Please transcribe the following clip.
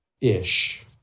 ish